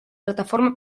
plataforma